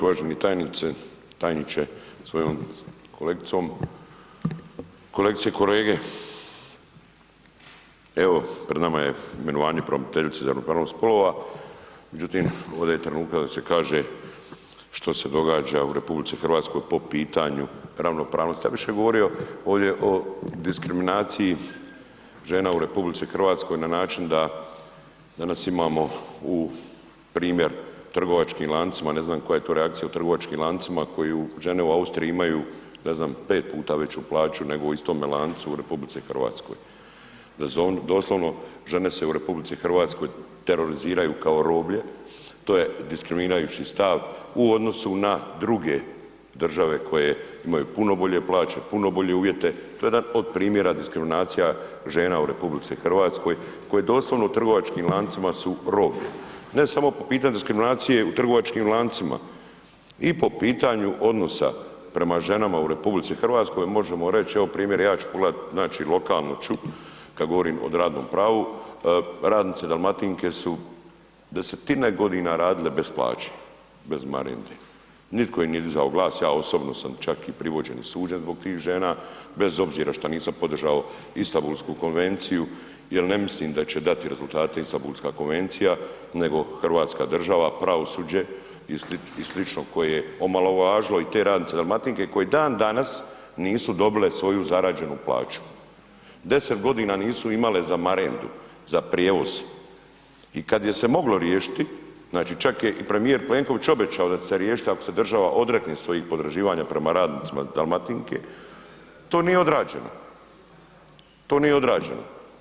Uvaženi tajniče sa svojom kolegicom, kolegice i kolege, evo pred nama je imenovanje pravobraniteljice za ravnopravnost spolova, međutim, ovdje je trenutak da se kaže što se događa u RH po pitanju ravnopravnosti, ja bi više govorio ovdje o diskriminaciji žena u RH na način da danas imamo u primjer trgovačkim lancima, ne znam koja je to reakcija u trgovačkim lancima koji u žene u Austriji imaju, ne znam, pet puta veću plaću, nego u istome lancu u RH, doslovno žene se u RH teroriziraju kao roblje, to je diskriminirajući stav u odnosu na druge države koje imaju puno bolje plaće, puno bolje uvjete, to je jedan od primjera diskriminacija žena u RH koje doslovno trgovačkim lancima su roblje, ne samo po pitanju diskriminacije u trgovačkim lancima i po pitanju odnosa prema ženama u RH možemo reć, evo primjer, ja ću pogledat, znači lokalno ću kad govorim o radnom pravu, radnice Dalmatinke su desetine godina radile bez plaće, bez marende, nitko im nije dizao glas, ja osobno sam čak i privođen i suđen zbog tih žena, bez obzira što nisam podržao Istambulsku konvenciju jel ne mislim da će dati rezultate Istambulska konvencija, nego hrvatska država, pravosuđe i slično koje je omalovažilo i te radnice Dalmatinke, koje dan danas nisu dobile svoju zarađenu plaću, 10.g. nisu imale za marendu, za prijevoz i kad je se moglo riješiti, znači čak je i premijer Plenković obećao da će se riješiti ako se država odrekne svojih potraživanja prema radnicima Dalmatinke, to nije odrađeno, to nije odrađeno.